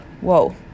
Whoa